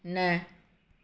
न